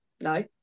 no